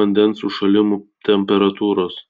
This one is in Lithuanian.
vandens užšalimo temperatūros